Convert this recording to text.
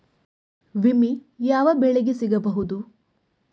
ವಿಮೆ ಯಾವ ಬೆಳೆಗೆ ಸಿಗಬಹುದು?